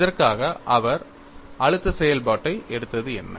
இதற்காக அவர் அழுத்த செயல்பாட்டை எடுத்தது என்ன